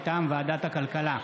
מטעם ועדת הכלכלה,